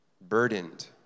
burdened